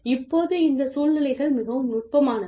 இப்போது இந்த சூழ்நிலைகள் மிகவும் நுட்பமானது